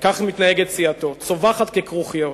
וכך מתנהגת סיעתו, צווחת ככרוכיות.